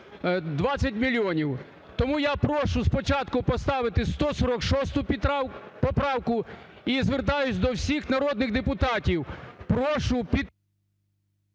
20 мільйонів. Тому я прошу спочатку поставити 146 поправку. І звертаюся до всіх народних депутатів: